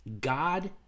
God